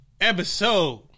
Episode